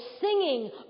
singing